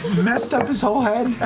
messed up his whole head.